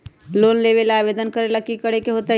Loan लेबे ला आवेदन करे ला कि करे के होतइ?